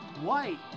White